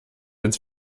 ins